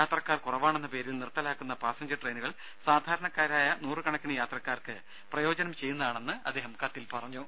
യാത്രക്കാർ കുറവാണെന്ന പേരിൽ നിർത്തലാക്കുന്ന പാസഞ്ചർ ട്രെയിനുകൾ സാധാരണക്കാരായ നൂറുകണക്കിന് യാത്രക്കാർക്ക് പ്രയോജനം ചെയ്യുന്നതാണെന്നും അദ്ദേഹം പറഞ്ഞു